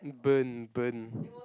burn burn